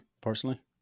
personally